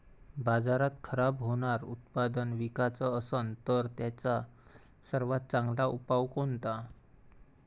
बाजारात खराब होनारं उत्पादन विकाच असन तर त्याचा सर्वात चांगला उपाव कोनता?